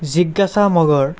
জিজ্ঞাসা মগৰ